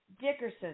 Dickerson